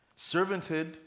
servanthood